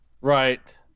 Right